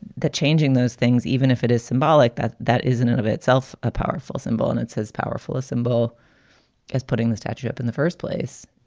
that changing those things, even if it is symbolic that that is in and of itself a powerful symbol and it says powerful a symbol as putting the statue up in the first place